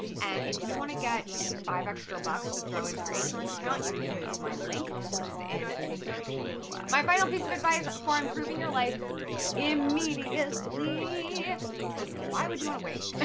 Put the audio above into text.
and if you wanna get just five extra bucks to throw into your acorns account, you can use my link, which is in the description below. my final piece of advice for improving your life immediately because why would you wanna wait? but